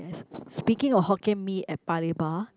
speaking of Hokkien Mee at Paya Lebar